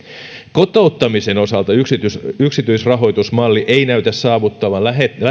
kotouttamisen osalta yksityisrahoitusmalli ei näytä läheskään saavuttavan